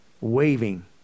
waving